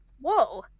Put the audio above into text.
whoa